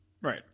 Right